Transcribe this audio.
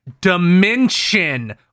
Dimension